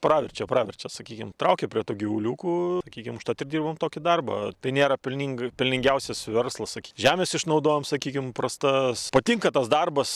praverčia praverčia sakykim traukia prie tų gyvuliukų sakykim užtat ir dirbam tokį darbą tai nėra pelning pelningiausias verslas žemes išnaudojam sakykim prastas patinka tas darbas